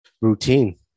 routine